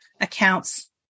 accounts